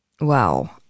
Wow